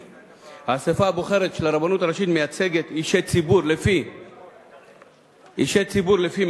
האספה הבוחרת של הרבנות הראשית מייצגת אישי ציבור לפי מעמדם,